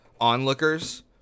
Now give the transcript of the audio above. onlookers